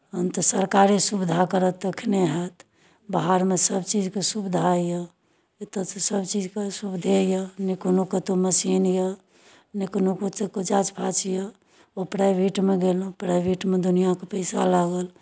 तखन तऽ सरकारे सुविधा करत तखनहि हएत बाहरमे सभचीजके सुविधा यए एतय तऽ सभचीजके असुविधे यए नहि कोनो कतहु मशीन यए नहि कोनो कथूके जाँच फाँच यए ओ प्राइभेटमे गेलहुँ प्राइभेटमे दुनिआँके पैसा लागल